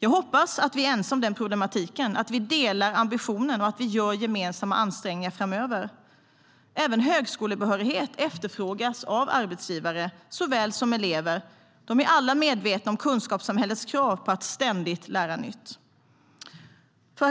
Jag hoppas att vi är ense om problematiken, att vi delar ambitionen och att vi gör gemensamma ansträngningar framöver. Herr